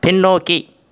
பின்னோக்கி